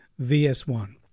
VS1